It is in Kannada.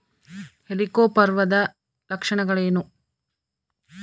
ಹೆಲಿಕೋವರ್ಪದ ಲಕ್ಷಣಗಳೇನು?